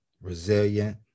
resilient